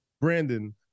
Brandon